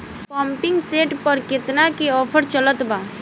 Pumping set पर केतना के ऑफर चलत बा?